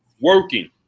working